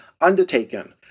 undertaken